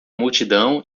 multidão